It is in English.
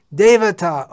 devata